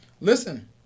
Listen